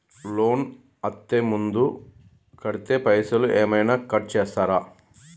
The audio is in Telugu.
లోన్ అత్తే ముందే కడితే పైసలు ఏమైనా కట్ చేస్తరా?